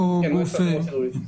כן, מועצת החירום הציבורית.